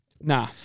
Nah